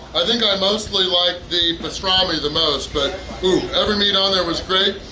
i think i mostly liked the pastrami the most but every meat on there was great.